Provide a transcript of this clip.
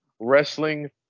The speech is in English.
wrestling